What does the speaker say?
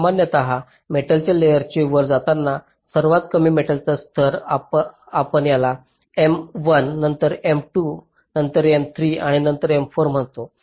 सामान्यत मेटलच्या लेयर्स वर जाताना सर्वात कमी मेटलचा स्तर आपण याला M1 नंतर M2 नंतर M3 आणि नंतर M4 म्हणतो